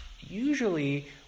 usually